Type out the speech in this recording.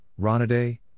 Ronaday